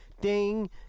Ding